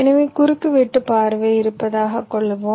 எனவே குறுக்கு வெட்டு பார்வை இருப்பதாக கொள்வோம்